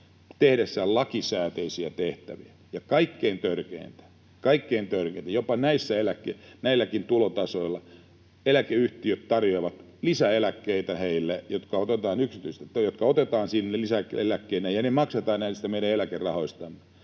tehdessään lakisääteisiä tehtäviä — ja kaikkein törkeintä on, että jopa näilläkin tulotasoilla eläkeyhtiöt tarjoavat heille lisäeläkkeitä, jotka otetaan yksityisiltä ja jotka otetaan lisäeläkkeinä, ja ne maksetaan näistä meidän eläkerahoistamme.